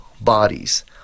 bodies